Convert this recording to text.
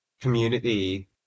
community